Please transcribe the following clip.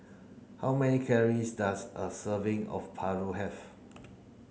how many calories does a serving of Paru have